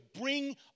bring